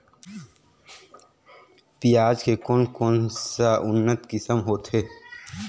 पियाज के कोन कोन सा उन्नत किसम होथे?